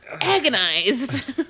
agonized